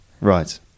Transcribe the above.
Right